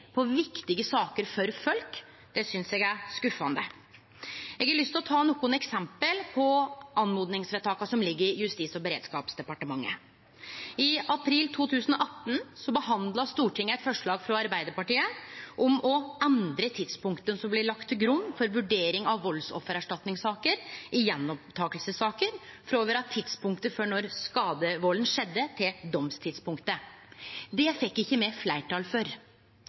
på saker som er viktige for folk, synest eg er skuffande. Eg har lyst til å ta nokre eksempel på oppmodingsvedtak som ligg i Justis- og beredskapsdepartementet. I april 2018 behandla Stortinget eit forslag frå Arbeidarpartiet om å endre tidspunktet som blir lagt til grunn for vurdering av valdsoffererstatningssaker i gjenopptakingssaker, frå å vere tidspunktet då valden skjedde, til domstidspunktet. Det fekk me ikkje fleirtal for,